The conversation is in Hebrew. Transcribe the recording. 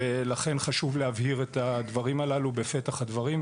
חשוב להבהיר את הדברים הללו בפתח הדברים.